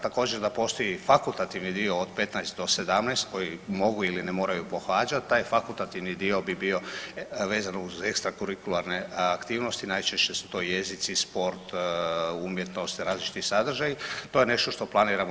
Također da postoji fakultativni dio od 15-17 koji mogu ili moraju pohađat taj fakultativni dio bi bio vezano uz ekstra kurikularne aktivnosti najčešće su to jezici, sport, umjetnost različiti sadržaji, to je nešto što planiramo.